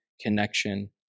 connection